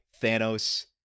Thanos